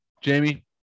Jamie